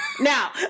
Now